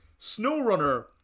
SnowRunner